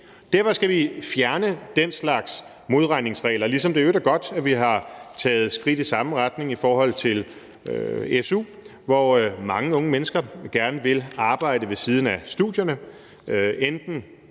Derfor skal vi fjerne den slags modregningsregler, ligesom det i øvrigt er godt, at vi har taget skridt i samme retning i forhold til su, hvor mange unge mennesker gerne vil arbejde ved siden af studierne med